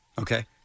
Okay